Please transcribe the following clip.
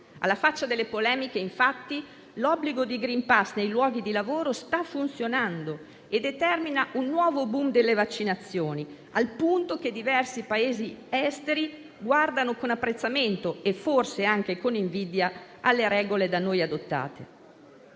Alla faccia delle polemiche, infatti, l'obbligo di *green pass* nei luoghi di lavoro sta funzionando e determina un nuovo *boom* delle vaccinazioni, al punto che diversi Paesi esteri guardano con apprezzamento - e forse anche con invidia - alle regole da noi adottate.